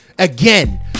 Again